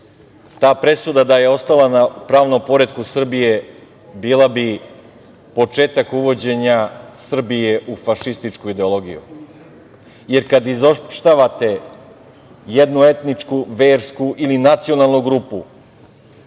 Ta presuda da je ostala u pravnom poretku Srbije bila bi početak uvođenja Srbije u fašističku ideologiju jer kada izopštavate jednu etničku, versku ili nacionalnu grupu